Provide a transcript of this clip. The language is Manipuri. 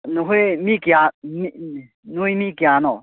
ꯅꯈꯣꯏ ꯃꯤ ꯀꯌꯥ ꯅꯣꯏ ꯃꯤ ꯀꯌꯥꯅꯣ